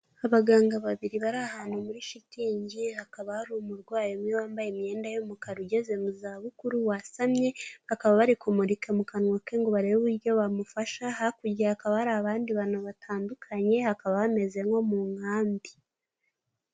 Abaganga babiri bari ahantu muri shitingi, hakaba hari umurwayi umwe wambaye imyenda y'umukara ugeze mu za bukuru wasamye, bakaba bari kumurika mu kanwa ke ngo barebe uburyo bamufasha, hakurya hakaba hari abandi bantu batandukanye, hakaba bameze nko mu nkambi.